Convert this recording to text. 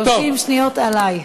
30 שניות, עלי.